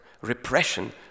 Repression